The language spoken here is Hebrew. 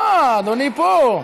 אה, אדוני פה.